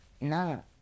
No